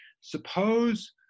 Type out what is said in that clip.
Suppose